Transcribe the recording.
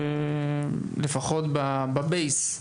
לפחות ב-בייס,